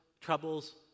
troubles